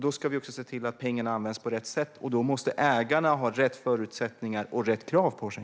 Då ska vi se till att pengarna används på rätt sätt, och då måste ägarna ha rätt förutsättningar och rätt krav på sig.